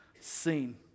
seen